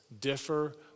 differ